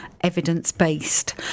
evidence-based